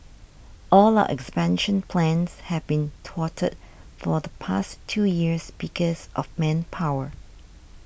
all our expansion plans have been thwarted for the past two years because of manpower